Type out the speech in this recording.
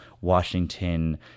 Washington